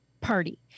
party